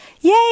yay